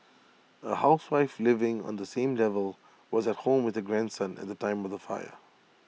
A housewife living on the same level was at home with her grandson at the time of the fire